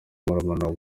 murumuna